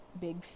big